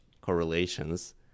correlations